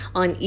on